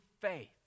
faith